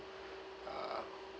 uh